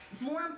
More